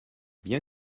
bien